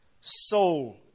soul